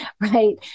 Right